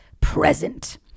present